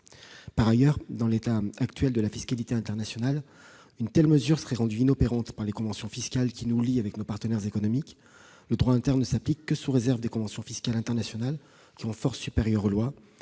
Par ailleurs, en l'état actuel de la fiscalité internationale, une telle mesure serait rendue inopérante par les conventions fiscales qui nous lient à nos partenaires économiques. Le droit interne ne s'applique que sous réserve des conventions fiscales internationales, lesquelles ont force supérieure aux lois.